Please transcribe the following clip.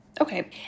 Okay